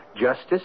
justice